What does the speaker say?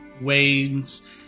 wanes